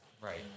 Right